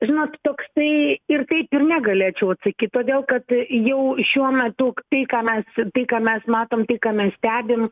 žinot toksai ir taip ir ne galėčiau atsakyt todėl kad jau šiuo metu tai ką mes tai ką mes matom tai ką mes stebim